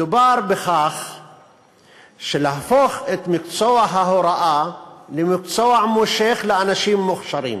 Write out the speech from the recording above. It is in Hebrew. מדובר בהפיכת מקצוע ההוראה למקצוע מושך לאנשים מוכשרים